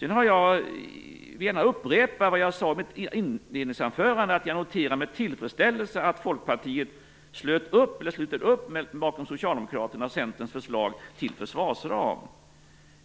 Jag vill gärna upprepa det jag sade i mitt inledningsanförande, att jag noterar med tillfredsställelse att Folkpartiet sluter upp bakom Socialdemokraternas och Centerns förslag till försvarsram.